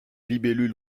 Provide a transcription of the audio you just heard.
libellule